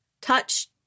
touch